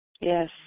Yes